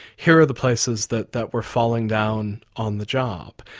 here are the places that that we're falling down on the job.